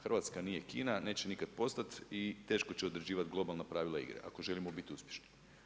Hrvatska nije Kina, neće nikad postat i teško će određivati globalna pravila igre ako želimo bit uspješni.